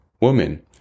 Woman